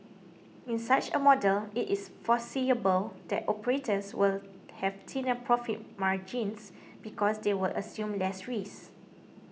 in such a model it is foreseeable that operators will have thinner profit margins because they will assume less risk